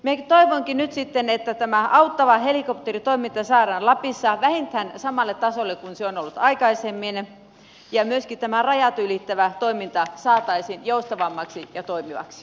minä toivonkin nyt että tämä auttava helikopteritoiminta saadaan lapissa vähintään samalle tasolle kuin se on ollut aikaisemmin ja myöskin tämä rajat ylittävä toiminta saataisiin joustavammaksi ja toimivaksi